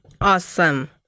awesome